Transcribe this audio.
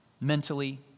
mentally